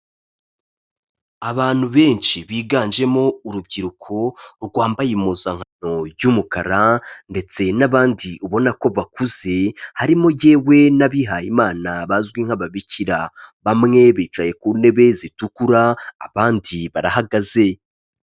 Abantu benshi biganjemo urubyiruko rwambaye impuzankano y'umukara ndetse n'abandi ubona ko bakuze, harimo yewe n'abihayimana bazwi nk'ababikira, bamwe bicaye ku ntebe zitukura, abandi barahagaze.